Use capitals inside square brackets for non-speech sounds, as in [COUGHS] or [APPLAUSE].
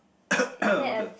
[COUGHS] all the